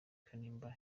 kanimba